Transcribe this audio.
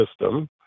system